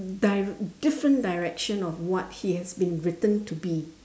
dir~ different direction of what he has been written to be